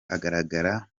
agaragara